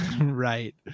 Right